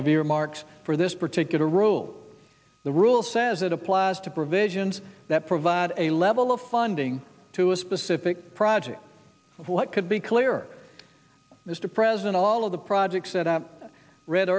of earmarks for this particular rule the rule says it applies to provisions that provide a level of funding to a specific project of what could be clearer mr president all of the projects that i read